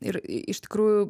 ir iš tikrųjų